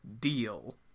deal